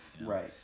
right